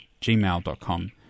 gmail.com